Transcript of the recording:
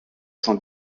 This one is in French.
cent